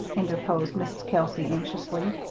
interposed mrs. kelsey, anxiously,